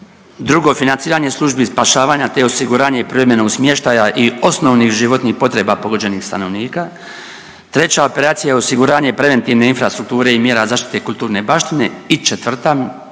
drugo financiranje službi spašavanja te osiguranje i promjenu smještaja i osnovnih životnih potreba pogođenih stanovnika, treća operacija ja osiguranje preventivne infrastrukture i mjera zaštite kulturne baštine i četvrta